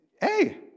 Hey